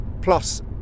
plus